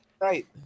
Right